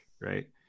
right